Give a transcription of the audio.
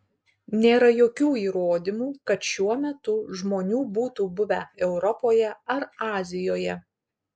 nėra jokių įrodymų kad šiuo metu žmonių būtų buvę europoje ar azijoje